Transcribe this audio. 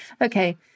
Okay